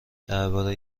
درباره